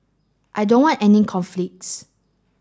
I don't want any conflicts